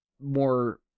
more